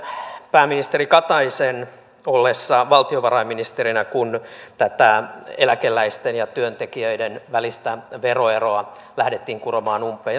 pääministeri kataisen ollessa valtiovarainministerinä kun tätä eläkeläisten ja työntekijöiden välistä veroeroa lähdettiin kuromaan umpeen